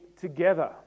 together